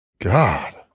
God